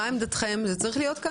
מה עמדתכם?, זה צריך להיות כאן?